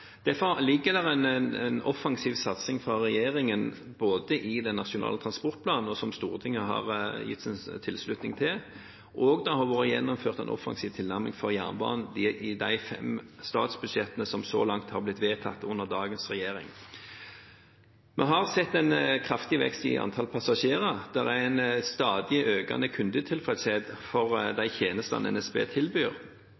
Derfor ligger det inne en offensiv satsing fra regjeringens side i Nasjonal transportplan – noe Stortinget har gitt sin tilslutning til – og det har vært gjennomført en offensiv tilnærming for jernbanen i de fem statsbudsjettene som så langt er blitt vedtatt under dagens regjering. Vi har sett en kraftig vekst i antall passasjerer. Det er en stadig økende kundetilfredshet